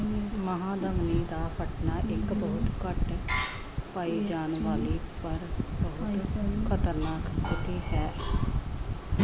ਮਹਾਧਮਣੀ ਦਾ ਫਟਣਾ ਇੱਕ ਬਹੁਤ ਘੱਟ ਪਾਈ ਜਾਣ ਵਾਲੀ ਪਰ ਬਹੁਤ ਖਤਰਨਾਕ ਸਥਿਤੀ ਹੈ